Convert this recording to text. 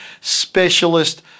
specialist